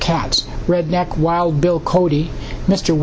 cats redneck wild bill cody mr